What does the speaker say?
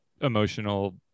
emotional